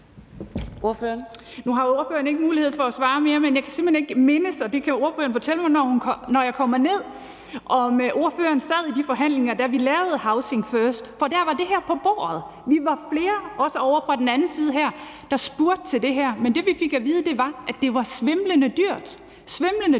Nu har ordføreren ikke mulighed for at svare mere, men jeg kan simpelt hen ikke mindes – det kan ordføreren fortælle mig, når jeg kommer ned – om ordføreren sad i de forhandlinger eller ej, da vi lavede det om housing first. Men der var det her på bordet. Vi var flere – også ovre fra den anden side af salen – der spurgte ind til det her, men det, vi fik at vide, var, at det var svimlende dyrt, og så